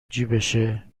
جیبشه